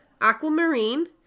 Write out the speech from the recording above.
Aquamarine